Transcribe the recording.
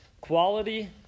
Quality